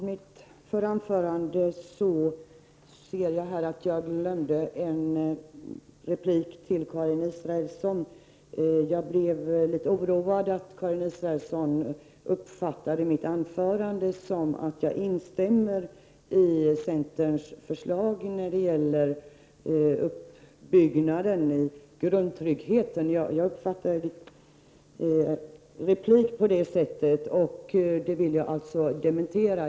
Herr talman!. Jag glömde i mitt förra anförande att replikera Karin Israelsson. Jag blev litet oroad av att Karin Israelsson uppfattade mitt anför 7 Riksdagens protokoll 1989/90:90 ande som att jag instämmer i centerns förslag till uppbyggnad av grundtryggheten. Jag uppfattade hennes replik på det sättet. Det vill jag alltså dementera.